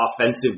offensive